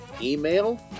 Email